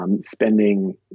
spending